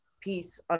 piece